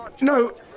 No